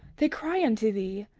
they cry unto thee,